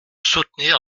soutenir